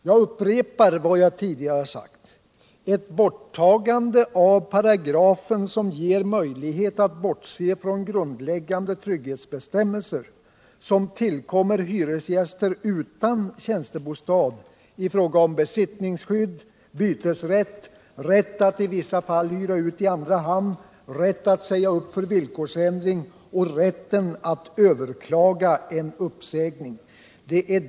Jag upprepar vad jag tidigare sagt, det handlar om ett borttagande av paragrafen som ger möjlighet att bortse från grundläggande trygghetsbestämmelser som tillkommer hyresgäster utan tjänstebostad i fråga om besittningsskydd, bytesrätt, rätt att i vissa fall hyra ut i andra hand, rätt att säga upp för villkorsändring och rätten att överklaga en uppsägning.